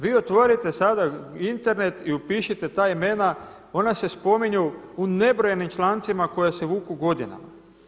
Vi otvorite sada Internet i upišite ta imena, ona se spominju u nebrojenim člancima koja se vuku godinama.